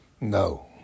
No